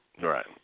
Right